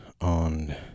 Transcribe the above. on